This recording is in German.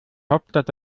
hauptstadt